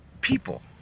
people